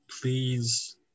please